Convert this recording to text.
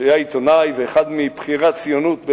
שהיה עיתונאי ואחד מבכירי הציונות,